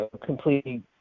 completely